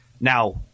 Now